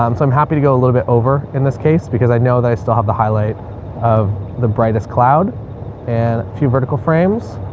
um so i'm happy to go a little bit over in this case because i know that i still have the highlight of the brightest cloud and a few vertical frames.